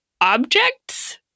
objects